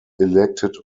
elected